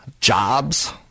jobs